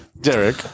Derek